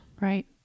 Right